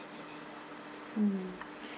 mm